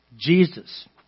Jesus